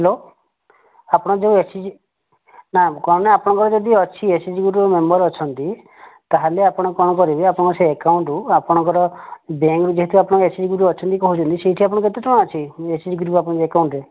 hello ଆପଣ ଯେଉଁ SHG ନା କଣ ନା ଆପଣଙ୍କର ଯଦି ଅଛି ଏସଏଚଜି ଗୃପ ମେମ୍ବର ଅଛନ୍ତି ତାହେଲେ ଆପଣ କଣ କରିବେ ଆପଣଙ୍କ ସେ ଏକାଉଣ୍ଟ ଆପଣଙ୍କର ବ୍ୟାଙ୍କରୁ ଯେହେତୁ ଆପଣ ଏସଏଚଜି ଗୃପ ଅଛନ୍ତି କହୁଛନ୍ତି ସେଇଠି ଆପଣଙ୍କ କେତେ ଟଙ୍କା ଅଛି ଏସଏଚଜି ଗୃପ ଆପଣଙ୍କ ଏକାଉଣ୍ଟରେ